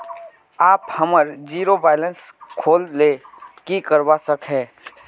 आप हमार zero balance खोल ले की करवा सके है?